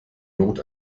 not